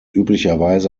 üblicherweise